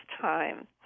time